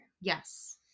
Yes